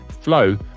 Flow